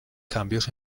cambios